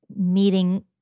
meeting